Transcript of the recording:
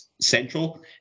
central